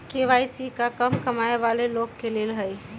KYC का कम कमाये वाला लोग के लेल है?